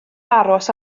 aros